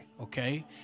okay